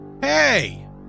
Hey